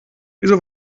wieso